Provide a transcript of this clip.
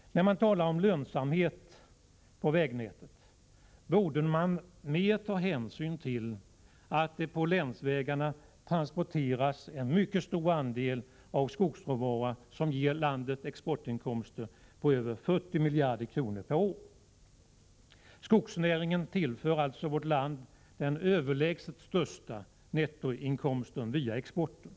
När man talar om lönsamheten på vägnätet borde man mera ta hänsyn till att det på länsvägarna transporteras en mycket stor andel av den skogsråvara som ger landet exportinkomster på över 40 miljarder kronor per år. Skogsnäringen tillför alltså vårt land den överlägset största nettoinkomsten via exporten.